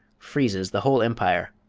freezes the whole empire,